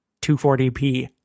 240p